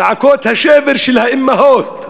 זעקות השבר של האימהות,